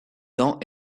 dents